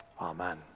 Amen